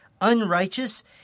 unrighteous